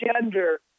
gender